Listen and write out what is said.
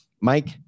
Mike